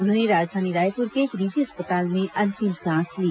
उन्होंने राजधानी रायपुर के एक निजी अस्पताल में अंतिम सांस ली